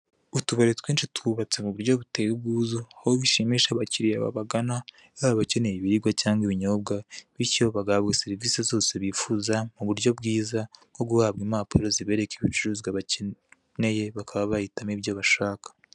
Utubari twinshi twubatse mu buryo buteye ubwuzu, aho bishimisha abakiriya babagana, baba abakeneye ibiribwa cyangwa ibinyobwa, bityo bagahabwa serivisi zose bifuza mu buryo bwiza, nko guhabwa impapuro zibereka ibicuruzwa bakeneye, bakaba bahitamo ibyo bashaka.